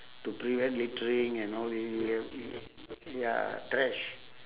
to prevent littering and all tha~ ya trash